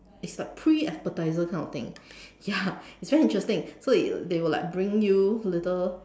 it's like pre appetizer kind of thing ya it's very interesting so they will like bring you little